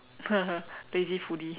lazy foodie